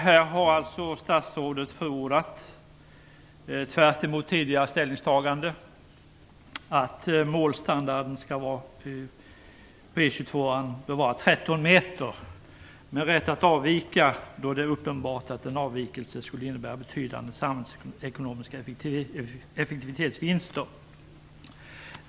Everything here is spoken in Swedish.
Här har statsrådet tvärtemot tidigare ställningstagande förordat att målstandarden skall vara 13 m med rätt att avvika då det är uppenbart att en avvikelse skulle innebära betydande samhällsekonomiska effektivitetsvinster.